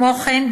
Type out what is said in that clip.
כמו כן,